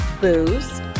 booze